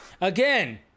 Again